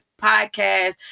podcast